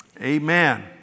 Amen